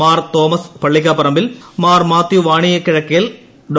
Mar Joseph Pallikaparambil Mar മാത്യുവാണിയക്കിഴക്കേൽ ഡോ